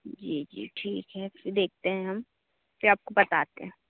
जी जी ठीक है फ़िर देखते हैं हम फ़िर आपको बताते हैं